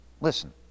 listen